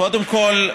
קודם כול,